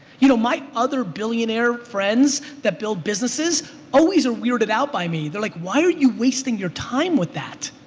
you know, my other billionaire friends that build businesses always are weirded out by me. they're like why are you wasting your time with that?